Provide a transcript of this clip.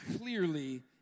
clearly